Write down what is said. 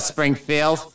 Springfield